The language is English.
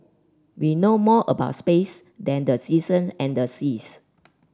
we know more about space than the season and the seas